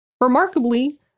Remarkably